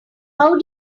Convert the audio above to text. how